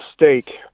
mistake